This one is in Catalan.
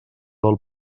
del